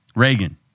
Reagan